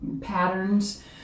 patterns